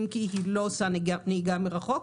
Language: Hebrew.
אם כי היא לא עושה נהיגה מרחוק.